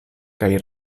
kaj